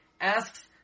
Asks